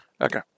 Okay